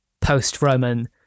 post-Roman